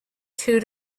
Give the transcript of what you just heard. two